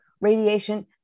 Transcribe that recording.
radiation